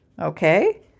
Okay